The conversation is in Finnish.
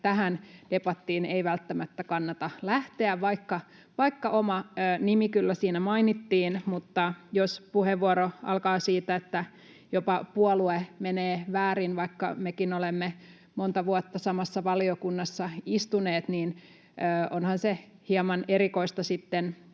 tähän debattiin ei välttämättä kannata lähteä, vaikka oma nimi kyllä siinä mainittiin, mutta jos puheenvuoro alkaa siitä, että jopa puolue menee väärin, vaikka mekin olemme monta vuotta samassa valiokunnassa istuneet, niin onhan se hieman erikoista sitten